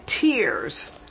tears